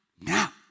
now